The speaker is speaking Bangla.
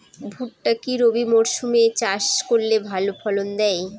ভুট্টা কি রবি মরসুম এ চাষ করলে ভালো ফলন দেয়?